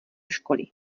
školy